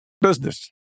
business